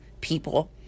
people